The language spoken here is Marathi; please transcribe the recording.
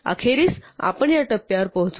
अखेरीस आपण या टप्प्यावर पोहोचू